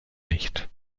nicht